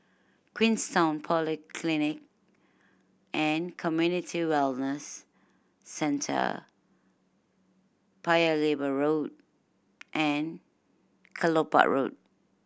Queenstown Polyclinic and Community Wellness Centre Paya Lebar Road and Kelopak Road